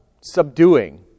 subduing